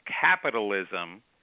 capitalism